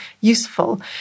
useful